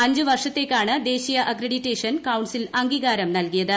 അഞ്ച് വർഷത്തേക്കാണ് ദേശീയ അക്രഡിറ്റേഷൻ കൌൺസിൽ അംഗീകാരം നൽകിയത്